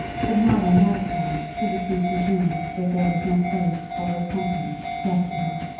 but not on that account should it be presumed that there was no place for repentance left to her.